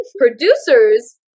Producers